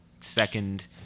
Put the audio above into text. second